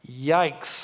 Yikes